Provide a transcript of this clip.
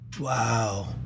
Wow